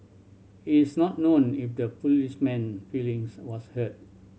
it is not known if the policeman feelings was hurt